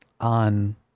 on